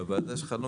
אז בואי, מה הדרישה?